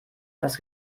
das